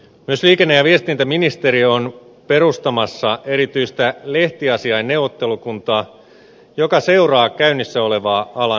myös liikenne ja viestintäministeriö on perustamassa erityistä lehtiasiain neuvottelukuntaa joka seuraa käynnissä olevaa alan murrosta